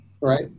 Right